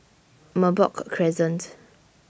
Merbok Crescent